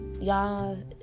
y'all